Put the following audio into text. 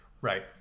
Right